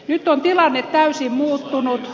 nyt on tilanne täysin muuttunut